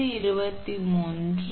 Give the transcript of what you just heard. எனவே இதுதான் சரியான பதில்